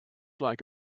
like